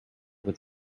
with